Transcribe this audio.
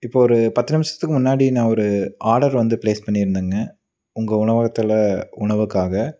இப்போது ஒரு பத்து நிமிடத்துக்கு முன்னாடி நான் ஒரு ஆர்டர் வந்து பிளேஸ் பண்ணிருந்தேங்க உங்கள் உணவகத்தில் உணவுக்காக